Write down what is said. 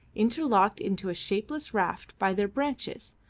interlocked into a shapeless raft by their branches,